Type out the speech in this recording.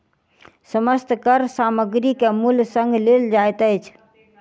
समस्त कर सामग्री के मूल्य संग लेल जाइत अछि